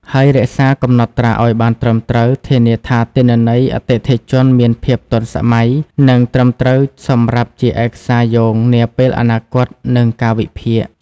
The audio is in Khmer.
ហើយរក្សាកំណត់ត្រាឱ្យបានត្រឹមត្រូវ ធានាថាទិន្នន័យអតិថិជនមានភាពទាន់សម័យ និងត្រឹមត្រូវសម្រាប់ជាឯកសារយោងនាពេលអនាគត និងការវិភាគ។